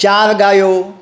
चार गायो